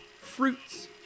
Fruits